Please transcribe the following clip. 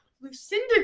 Lucinda